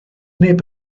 neb